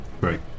Great